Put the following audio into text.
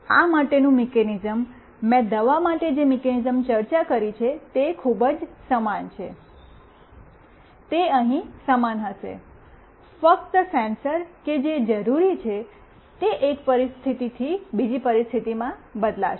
આ માટે નું મીકેનિઝમ મેં દવા માટે જે મીકેનિઝમની ચર્ચા કરી છે તે ખૂબ જ સમાન છે તે અહીં સમાન હશે ફક્ત સેન્સર કે જે જરૂરી છે તે એક પરિસ્થિતિથી બીજી પરિસ્થિતિમાં બદલાશે